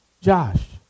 Josh